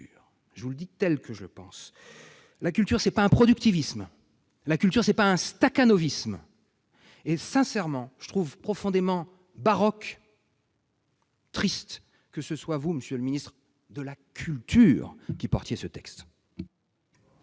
Je vous le dis tel que je le pense : la culture, ce n'est pas le productivisme ou le stakhanovisme. Sincèrement, je trouve profondément baroque, triste que ce soit vous, monsieur le ministre de la culture, qui portiez ce texte.